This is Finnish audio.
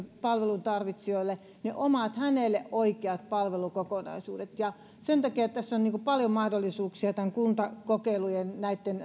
palvelun tarvitsijalle omat hänelle oikeat palvelukokonaisuudet sen takia tässä on paljon mahdollisuuksia näitten kuntakokeilujen